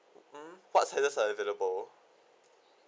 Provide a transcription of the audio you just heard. mm what sizes are available